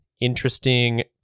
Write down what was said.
interesting